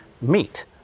meet